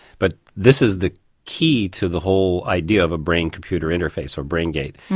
but this is the key to the whole idea of a brain computer interface, or brain gate,